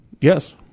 Yes